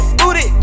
booty